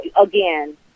again